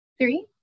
Three